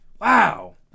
wow